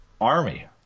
Army